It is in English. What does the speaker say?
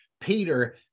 Peter